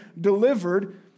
delivered